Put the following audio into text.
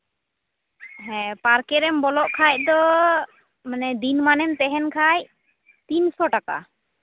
ᱦᱮᱸ ᱯᱟᱨᱠᱮ ᱨᱮᱢ ᱵᱚᱞᱚᱜ ᱠᱷᱟᱡ ᱫᱚ ᱢᱟᱱᱮ ᱫᱤᱱ ᱢᱟᱱᱮᱢ ᱛᱟᱦᱮᱱ ᱠᱷᱟᱡ ᱛᱤᱱᱥᱚ ᱴᱟᱠᱟ